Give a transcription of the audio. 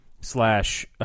Slash